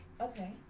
Okay